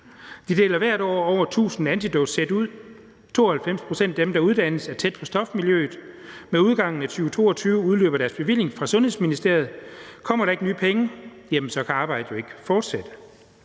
De deler hvert år over 1.000 antidotsæt ud. 92 pct. af dem, der uddannes, er tæt på stofmiljøet. Med udgangen af 2022 udløber deres bevilling fra Sundhedsministeriet. Kommer der ikke nye penge, kan arbejdet jo ikke fortsætte.